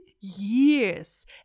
years